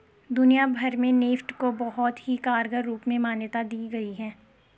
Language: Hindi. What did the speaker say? दुनिया भर में नेफ्ट को बहुत ही कारगर रूप में मान्यता दी गयी है